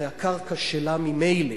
הרי הקרקע שלה ממילא,